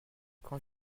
quand